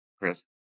chris